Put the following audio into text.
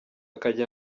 akajya